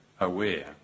aware